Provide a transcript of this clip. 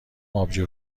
آبجو